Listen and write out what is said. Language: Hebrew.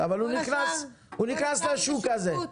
אבל הוא נכניס לשוק הזה.